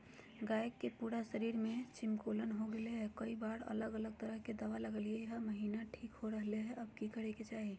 गाय के पूरा शरीर में चिमोकन हो गेलै है, कई बार अलग अलग तरह के दवा ल्गैलिए है महिना ठीक हो रहले है, अब की करे के चाही?